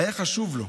היה חשוב לו.